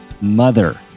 Mother